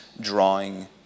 drawing